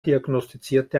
diagnostizierte